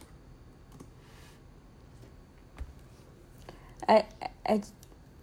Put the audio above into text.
I I